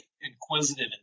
inquisitive